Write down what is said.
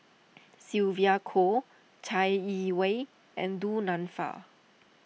Sylvia Kho Chai Yee Wei and Du Nanfa